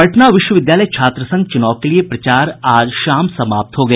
पटना विश्वविद्यालय छात्र संघ चुनाव के लिये प्रचार आज शाम समाप्त हो गया